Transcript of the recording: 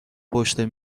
پشت